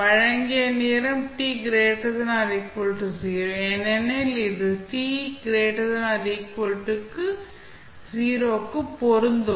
வழங்கிய நேரம் ஏனெனில் இது t≥0 க்கு பொருந்தும்